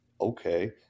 Okay